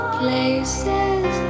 places